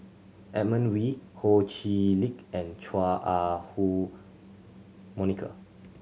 Edmund Wee Ho Chee Lick and Chua Ah Huwa Monica